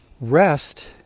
Rest